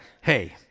hey